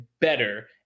better